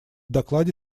докладе